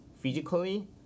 physically